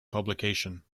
publication